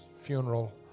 funeral